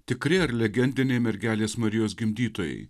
tikri ar legendiniai mergelės marijos gimdytojai